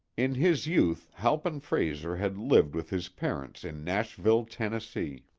in his youth halpin frayser had lived with his parents in nashville, tennessee.